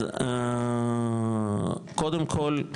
אז קודם כל,